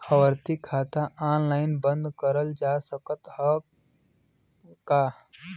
आवर्ती खाता ऑनलाइन बन्द करल जा सकत ह का?